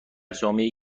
جامعهای